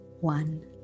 one